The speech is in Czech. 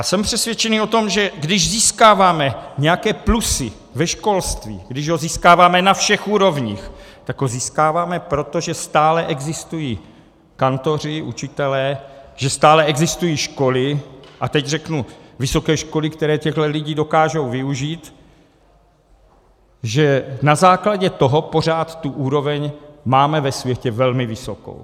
Jsem přesvědčen o tom, že když získáváme nějaké plusy ve školství, když ho získáváme na všech úrovních, tak ho získáváme proto, že stále existují kantoři, učitelé, že stále existují školy, a teď řeknu vysoké školy, které těchto lidí dokážou využít, že na základě toho pořád tu úroveň máme ve světě velmi vysokou.